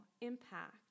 impact